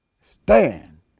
stand